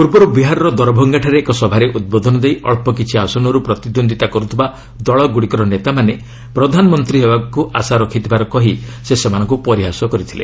ପୂର୍ବର୍ତ୍ତ ବିହାରର ଦରଭଙ୍ଗାଠାରେ ଏକ ସଭାରେ ଉଦ୍ବୋଧନ ଦେଇ ଅଳ୍ପ କିଛି ଆସନରୁ ପ୍ରତିଦ୍ୱନ୍ଦିତା କରୁଥିବା ଦଳଗୁଡ଼ିକର ନେତାମାନେ ପ୍ରଧାନମନ୍ତ୍ରୀ ହେବାକୁ ଆଶା ରଖିଥିବାର କହି ସେ ସେମାନଙ୍କୁ ପରିହାସ କରିଛନ୍ତି